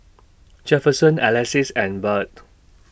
Jefferson Alexis and Byrd